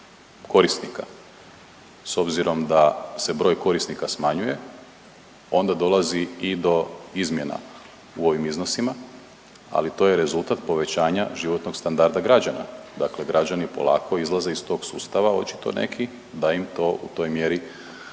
korisnika. S obzirom da se broj korisnika smanjuje onda dolazi i do izmjena u ovim iznosima, ali to je rezultat povećanja životnog standarda građana, dakle građani polako izlaze iz tog sustava očito neki da im to u toj mjeri